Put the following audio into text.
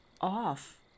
off